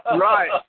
Right